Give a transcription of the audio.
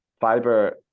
fiber